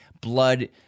blood